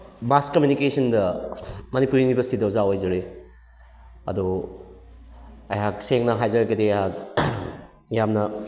ꯃꯥꯁ ꯀꯃ꯭ꯌꯨꯅꯤꯀꯦꯁꯟꯗ ꯃꯅꯤꯄꯨꯔꯤ ꯌꯨꯅꯤꯚꯔꯁꯤꯇꯤꯗ ꯑꯣꯖꯥ ꯑꯣꯏꯖꯔꯤ ꯑꯗꯣ ꯑꯩꯍꯥꯛ ꯁꯦꯡꯅ ꯍꯥꯏꯖꯔꯒꯗꯤ ꯑꯩꯍꯥꯛ ꯌꯥꯝꯅ